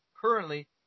currently